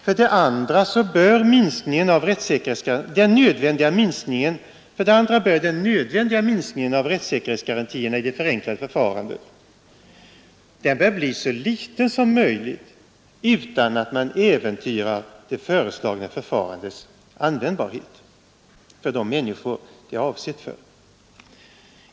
För det andra bör den nödvändiga minskningen av rättssäkerhetsgarantierna i det förenklade förfarandet bli så liten som möjligt utan att man äventyrar det föreslagna förfarandets användbarhet för de människor det är avsett för.